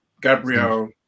Gabriel